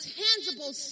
tangible